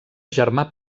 germà